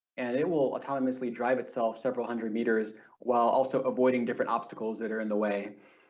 and it will autonomously drive itself several hundred meters while also avoiding different obstacles that are in the way,